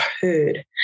heard